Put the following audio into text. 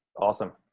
awesome,